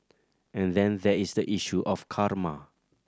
and then there is the issue of karma